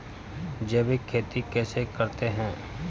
जैविक खेती कैसे करते हैं?